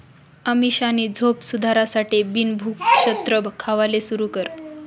अमीषानी झोप सुधारासाठे बिन भुक्षत्र खावाले सुरू कर